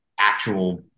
actual